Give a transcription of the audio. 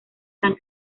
san